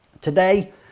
Today